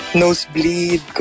nosebleed